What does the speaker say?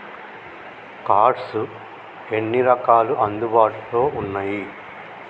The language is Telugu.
కార్డ్స్ ఎన్ని రకాలు అందుబాటులో ఉన్నయి?